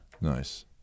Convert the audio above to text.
Nice